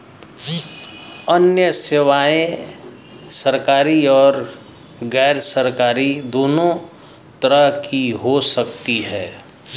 अन्य सेवायें सरकारी और गैरसरकारी दोनों तरह की हो सकती हैं